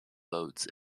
votes